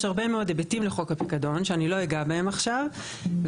יש הרבה מאוד היבטים לחוק הפיקדון שאני לא אגע בהם עכשיו והם